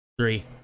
three